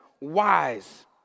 wise